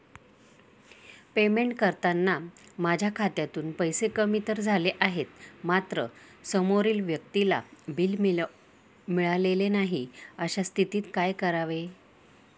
Payment करताना माझ्या खात्यातून पैसे कमी तर झाले आहेत मात्र समोरील व्यक्तीला बिल मिळालेले नाही, अशा स्थितीत काय करावे?